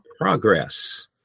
progress